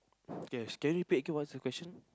okay can you repeat again what's the question